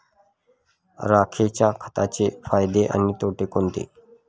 राखेच्या खताचे फायदे आणि तोटे कोणते?